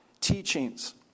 teachings